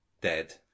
dead